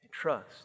trust